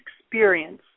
experience